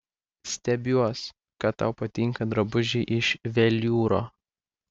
stebiuos kad tau patinka drabužiai iš veliūro